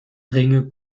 ringe